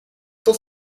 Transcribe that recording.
tot